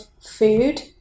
food